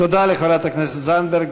תודה לחברת הכנסת זנדברג.